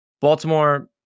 Baltimore